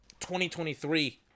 2023